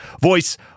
voice